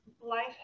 life